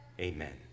amen